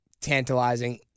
tantalizing